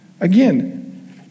Again